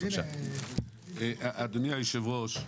אדוני היושב-ראש,